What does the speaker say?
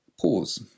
Pause